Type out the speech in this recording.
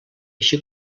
així